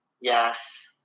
Yes